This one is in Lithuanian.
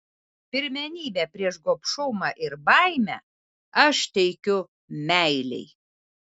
pirmenybę prieš gobšumą ir baimę aš teikiu meilei